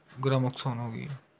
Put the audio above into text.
Gramoxone ਹੋ ਗਈ